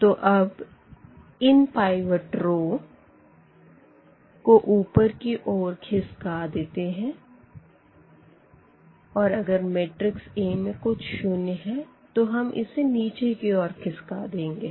तो अब इन पाइवट रो को ऊपर की ओर खिसका देते हैं और अगर मैट्रिक्स A में कुछ शून्य है तो हम इसे नीचे की ओर खिसका देंगे